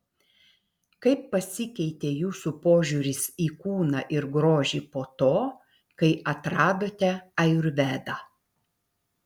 kaip pasikeitė jūsų požiūris į kūną ir grožį po to kai atradote ajurvedą